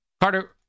Carter